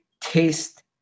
taste